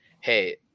Hey